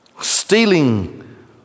Stealing